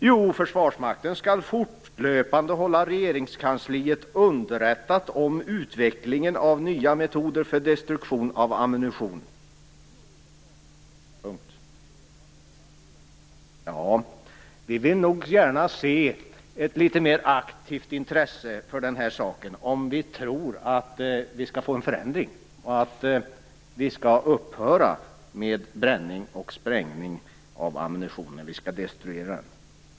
Jo, att Försvarsmakten fortlöpande skall hålla Regeringskansliet underrättat om utvecklingen av nya metoder för destruktion av ammunition. Vi vill nog gärna se ett litet mer aktivt intresse för den här saken, om vi nu tror att vi skall få en förändring och att vi skall upphöra med bränning och sprängning av ammunition som skall destrueras.